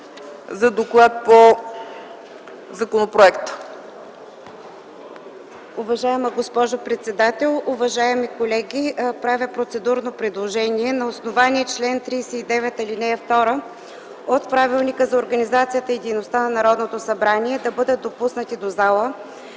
за доклад по законопроекта.